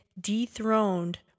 dethroned